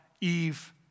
Eve